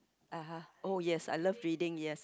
(uh huh) oh yes I love reading yes